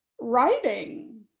writing